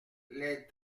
les